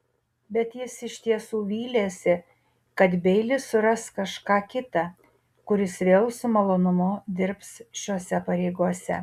bet jis iš tiesų vylėsi kad beilis suras kažką kitą kuris vėl su malonumu dirbs šiose pareigose